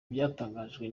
ibyatangajwe